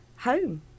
Home